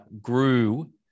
grew